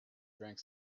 drank